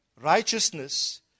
righteousness